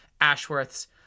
Ashworth's